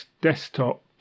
desktop